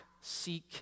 seek